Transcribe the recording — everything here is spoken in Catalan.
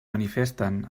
manifesten